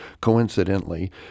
coincidentally